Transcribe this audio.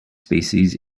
species